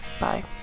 Bye